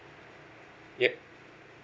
yup